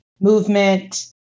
movement